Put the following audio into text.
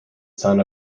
son